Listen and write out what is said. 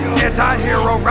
Anti-hero